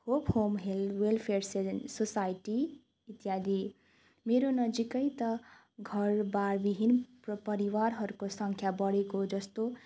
hope home help welfare seven society इत्यादि मेरो नजिककै त घरबारविहीन प्र परिवारहरूको सङ्ख्या बढेको जस्तो